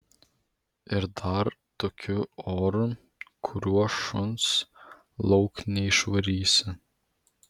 ir dar tokiu oru kuriuo šuns lauk neišvarysi